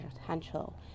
potential